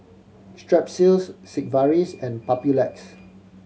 Strepsils Sigvaris and Papulex